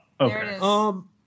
okay